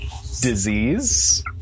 disease